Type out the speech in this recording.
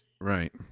Right